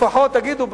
לפחות תגידו,